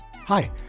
Hi